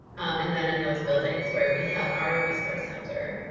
and then in those buildings where we have our resource center.